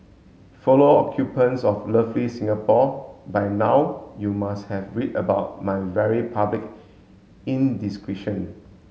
follow occupants of lovely Singapore by now you must have read about my very public indiscretion